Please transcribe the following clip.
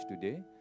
today